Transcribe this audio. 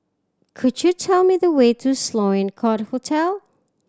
could you tell me the way to Sloane Court Hotel